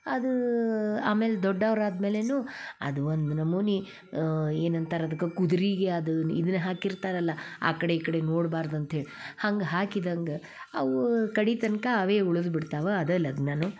ಅದು ಆಮೇಲೆ ದೊಡ್ಡವ್ರು ಆದ್ಮೇಲೆಯೂ ಅದು ಒಂದು ನಮೂನೆ ಏನಂತಾರೆ ಅದಕ್ಕ ಕುದ್ರೆಗೆ ಅದು ಇದನ್ನ ಹಾಕಿರ್ತಾರಲ್ಲ ಆ ಕಡೆ ಈ ಕಡೆ ನೋಡ್ಬಾರ್ದು ಅಂತ್ಹೇಳಿ ಹಂಗೆ ಹಾಕಿದಂಗೆ ಅವೂ ಕಡೆ ತನಕ ಅವೇ ಉಳ್ದು ಬಿಡ್ತಾವೆ ಅದೇ ಲಗ್ನವೂ